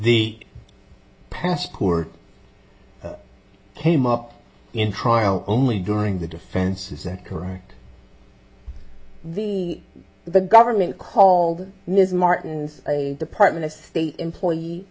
the past court came up in trial only during the defense is that correct the the government called ms martin's department of state employee